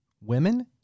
women